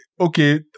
okay